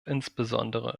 insbesondere